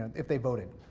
if they voted.